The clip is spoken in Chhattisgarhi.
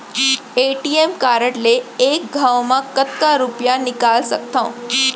ए.टी.एम कारड ले एक घव म कतका रुपिया निकाल सकथव?